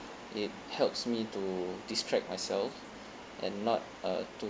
it helps me to distract myself and not uh to